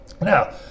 now